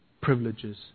privileges